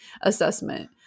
assessment